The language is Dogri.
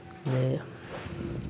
ते